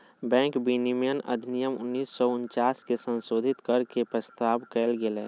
bank विनियमन अधिनियम उन्नीस सौ उनचास के संशोधित कर के के प्रस्ताव कइल गेलय